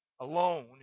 alone